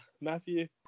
Matthew